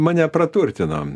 mane praturtino